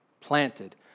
planted